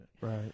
Right